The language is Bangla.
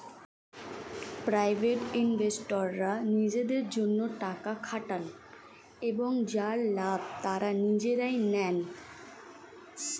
প্রাইভেট ইনভেস্টররা নিজেদের জন্যে টাকা খাটান এবং যার লাভ তারা নিজেরাই নেন